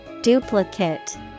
Duplicate